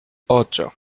ocho